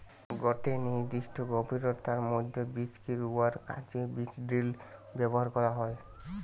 গটে নির্দিষ্ট গভীরতার মধ্যে বীজকে রুয়ার কাজে বীজড্রিল ব্যবহার করা হয়